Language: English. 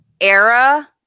Era